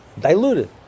diluted